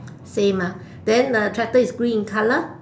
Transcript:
same ah then the tractor is green in color